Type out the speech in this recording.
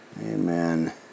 Amen